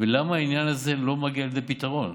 ולמה העניין הזה לא מגיע לפתרון.